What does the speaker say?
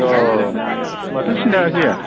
अ होनबाथ' सिन्थायानो गैया